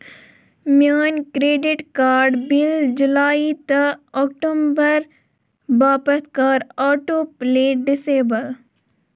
میٛٲنۍ credit card bill July تہٕ October باپتھ کَر آٹوٗ پُلے ڈِسیٚبُل